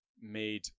made